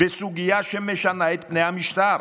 בסוגיה שמשנה את פני המשטר.